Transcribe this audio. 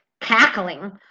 cackling